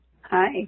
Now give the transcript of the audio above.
Hi